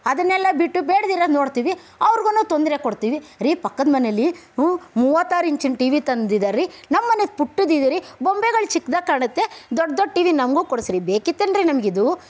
ಅದನ್ನೆಲ್ಲ ಬಿಟ್ಟು ಬೇಡದಿರೋದನ್ನ ನೋಡ್ತೀವಿ ಅವ್ರಿಗೂನು ತೊಂದರೆ ಕೊಡ್ತೀವಿ ರೀ ಪಕ್ಕದ ಮನೆಯಲ್ಲಿ ಮೂವತ್ತಾರು ಇಂಚಿನ ಟಿ ವಿ ತಂದಿದ್ದಾರ್ರೀ ನಮ್ಮನೆಯಲ್ಲಿ ಪುಟ್ಟದ್ದು ಇದೆ ರೀ ಬೊಂಬೆಗಳು ಚಿಕ್ದಾಗಿ ಕಾಣುತ್ತೆ ದೊಡ್ಡ ದೊಡ್ಡ ಟಿ ವಿ ನಮಗೂ ಕೊಡಿಸ್ರೀ ಬೇಕಿತ್ತೇನ್ರಿ ನಮಗಿದು